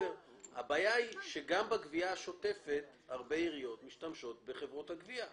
הבעיה היא שגם בגבייה השוטפת הרבה עיריות משתמשות בחברות הגבייה.